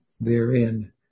therein